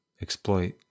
exploit